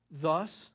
Thus